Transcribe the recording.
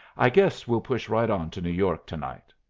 i guess we'll push right on to new york to-night.